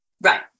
Right